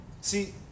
See